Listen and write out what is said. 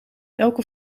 elke